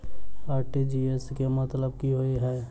RTGS केँ मतलब की होइ हय?